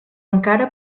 encara